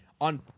on